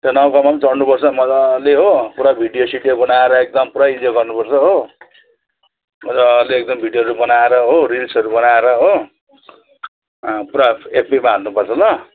त्यो नौकामा पनि चढ्नुपर्छ मजाले हो पुरा भिडियो सिडियो बनाएर एकदम पुरै इन्जोय गर्नुपर्छ हो मजाले एकदम भिडियोहरू बनाएर हो रिल्सहरू बनाएर हो पुरा एफबीमा हाल्नुपर्छ ल